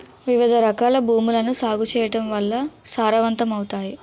వివిధరకాల భూములను సాగు చేయడం వల్ల సారవంతమవుతాయి